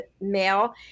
male